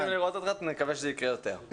שמחים לראות אותך ומקווים שזה יקרה יותר.